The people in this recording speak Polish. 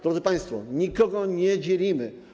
Drodzy państwo, nikogo nie dzielimy.